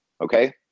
Okay